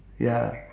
ya